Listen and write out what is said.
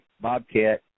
bobcat